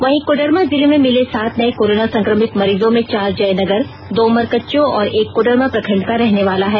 वहीं कोडरमा जिले में मिले सात नए कोरोना संक्रमित मरीजों में चार जयनगर दो मरकच्चो और एक कोडरमा प्रखंड का रहनेवाला है